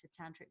tantric